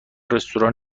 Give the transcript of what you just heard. رستوران